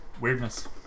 Weirdness